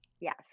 Yes